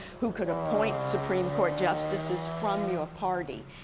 who could appoint supreme court justices from your party,